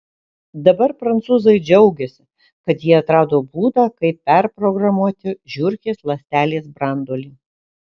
dabar prancūzai džiaugiasi kad jie atrado būdą kaip perprogramuoti žiurkės ląstelės branduolį